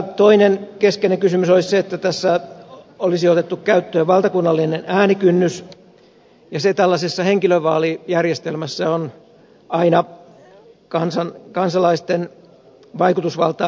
toinen keskeinen kysymys olisi se että tässä olisi otettu käyttöön valtakunnallinen äänikynnys ja se tällaisessa henkilövaalijärjestelmässä on aina kansalaisten vaikutusvaltaa rajaava tekijä